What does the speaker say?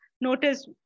notice